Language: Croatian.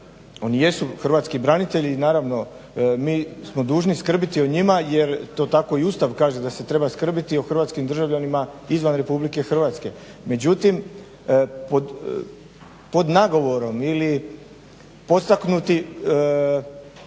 oni jesu hrvatski branitelji i naravno mi smo dužni skrbiti o njima, jer to tako i Ustav kaže da se treba skrbiti o hrvatskim državljanima izvan RH. Međutim, pod nagovorom ili podstaknuti